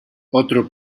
otro